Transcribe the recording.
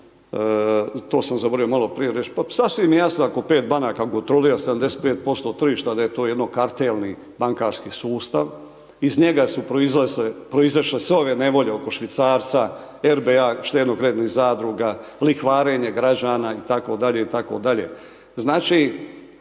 To sam zaboravio maloprije reći, pa sasvim je jasno ako 5 banaka kontrolira 75% tržišta da je to jedno kartelni bankarski sustavni. Iz njega su proizašle sve ove nevolje oko švicarca, RBA štedno kreditnih zadruga, lihvarenja građana itd.